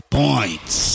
points